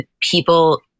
people